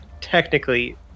technically